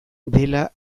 dela